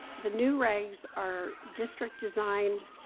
the new regs our district designed,